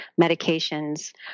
medications